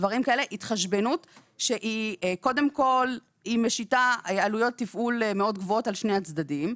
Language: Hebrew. התחשבנות שהיא קודם כל משיתה עלויות תפעול מאוד גבוהות על שני הצדדים,